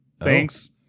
Thanks